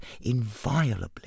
inviolably